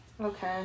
Okay